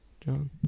John